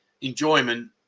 enjoyment